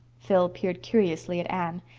phil peered curiously at anne.